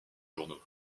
journaux